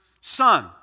son